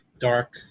dark